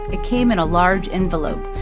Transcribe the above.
it came in a large envelope,